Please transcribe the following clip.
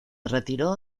retiró